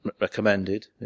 recommended